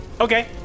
Okay